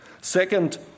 Second